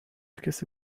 کسی